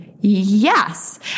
Yes